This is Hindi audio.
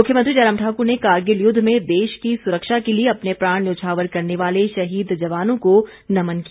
मुख्यमंत्री जयराम ठाकुर ने कारगिल युद्ध में देश की सुरक्षा के लिए अपने प्राण न्यौछावर करने वाले शहीद जवानों को नमन किया